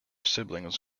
siblings